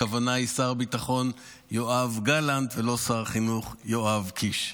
הכוונה היא לשר הביטחון יואב גלנט ולא לשר החינוך יואב קיש.